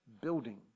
building